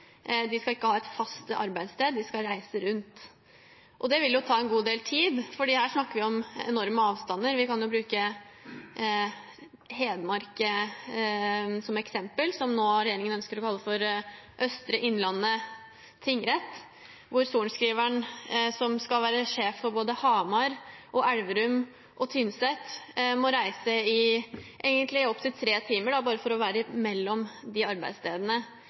skal ha et fast arbeidssted; de skal reise rundt. Det vil jo ta en god del tid, for her snakker vi om enorme avstander. Vi kan jo bruke Hedmark som eksempel, som regjeringen nå ønsker å kalle Østre Innlandet tingrett, hvor sorenskriveren som skal være sjef for både Hamar, Elverum og Tynset, må reise i opptil tre timer bare